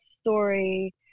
story